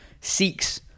seeks